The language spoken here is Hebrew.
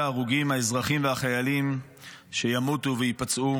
ההרוגים האזרחים והחיילים שימות וייפצעו